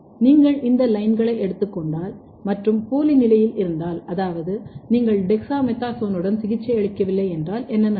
நீங்கள் இந்த லைன்களை எடுத்துக் கொண்டால் மற்றும் போலி நிலையில் இருந்தால் அதாவது நீங்கள் டெக்ஸாமெதாசோனுடன் சிகிச்சையளிக்கவில்லை என்றால் என்ன நடக்கும்